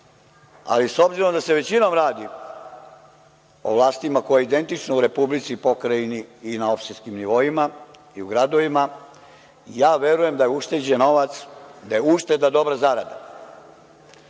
ali s obzirom da se većinom radi o vlastima koje su identične u Republici, Pokrajini, na opštinskim nivoima i u gradovima, ja verujem da je ušteđen novac, da je ušteda dobra.